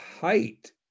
height